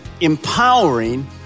empowering